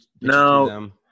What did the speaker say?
No